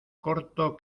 corto